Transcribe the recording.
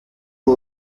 cya